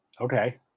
Okay